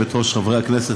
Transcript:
חברי הכנסת,